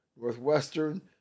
Northwestern